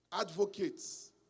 advocates